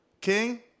king